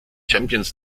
champions